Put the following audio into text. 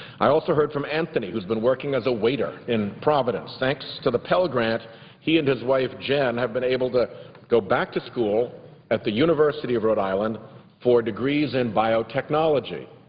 i also heard from anthony who has been working as a waiter in providence, thanks to the pell grant he and his wife jen have been able to go back to school at the university of rhode island for degrees in biotechnology.